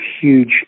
huge